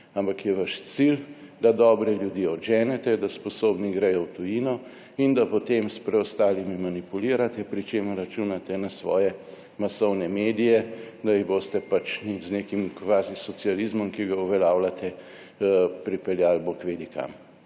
Ampak je vaš cilj, da dobre ljudi odženete, da sposobni gredo v tujino in da potem s preostalimi manipulirate, pri čemer računate na svoje masovne medije, da jih boste pač z nekim kvazi socializmom, ki ga uveljavljate, pripeljali bog vedi kam.